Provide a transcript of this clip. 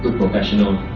professional.